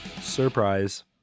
surprise